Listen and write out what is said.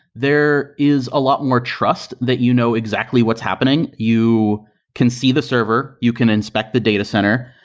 there is a lot more trust that you know exactly what's happening. you can see the server. you can inspect the data center.